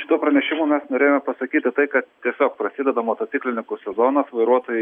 šituo pranešimu mes norėjome pasakyti tai kad tiesiog prasideda motociklininkų sezonas vairuotojai